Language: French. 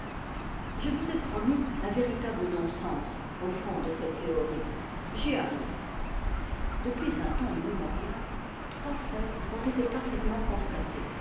je vous ai promis un véritable non-sens au fond de cette théorie j'y arrive depuis un temps immémorial trois faits ont été parfaitement constatés